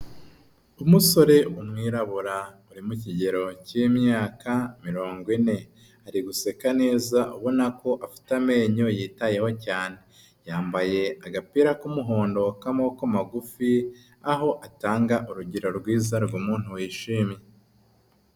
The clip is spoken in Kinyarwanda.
Umusore, umwirabura, uri mu kigero cy'imyaka mirongo ine, ari guseka neza ubona ko afite amenyo yitayeho cyane, yambaye agapira k'umuhondo k'amaboko magufi, aho atanga urugero rwiza rw'umuntu wishimye.